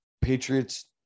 Patriots